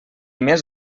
més